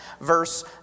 verse